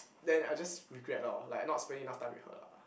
then I just regret lor like not spending enough time with her lah